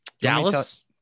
Dallas